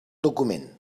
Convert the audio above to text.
document